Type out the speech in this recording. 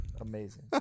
Amazing